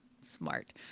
Smart